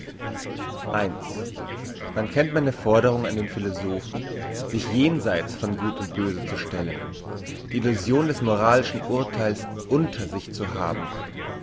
man kennt meine forderung an den philosophen sich jenseits von gut und böse zu stellen die illusion des moralischen urtheils unter sich zu haben